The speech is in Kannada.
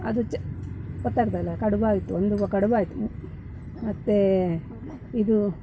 ಅದು ಚ ಗೊತ್ತಾಗ್ತದಲ್ಲ ಕಡುಬು ಆಯಿತು ಒಂದು ಕಡಬು ಆಯಿತು ಮತ್ತು ಇದು